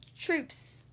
troops